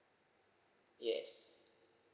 yes